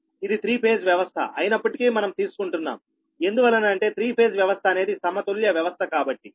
ఇది three phase వ్యవస్థ అయినప్పటికీ మనం తీసుకుంటున్నాం ఎందువలన అంటే త్రీ ఫేజ్ వ్యవస్థ అనేది సమతుల్య వ్యవస్థ కాబట్టి